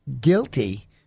guilty